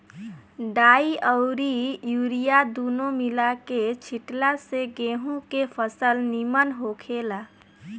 डाई अउरी यूरिया दूनो मिला के छिटला से गेंहू के फसल निमन होखेला